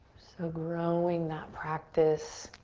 so growing that practice.